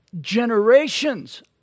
generations